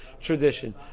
tradition